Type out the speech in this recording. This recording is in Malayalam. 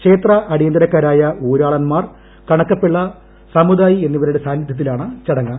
ക്ഷേത്ര അടിയന്തിരക്കാരായ ഊരാളന്മാർക്കു കണക്കപ്പിള്ള സമുദായി എന്നിവരുടെ സാന്നിധൃത്തില്ലാണ് ചടങ്ങ്